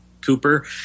Cooper